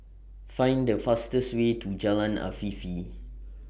Find The fastest Way to Jalan Afifi